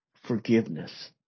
forgiveness